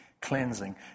cleansing